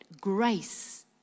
Grace